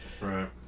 Right